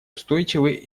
устойчивый